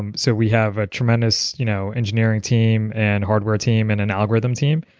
and so we have a tremendous you know engineering team and hardware team and an algorithm team,